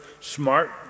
smart